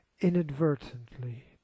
inadvertently